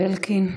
זאב אלקין.